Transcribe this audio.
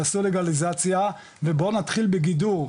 תעשו לגליזציה ובוא נתחיל בגידור,